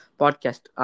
podcast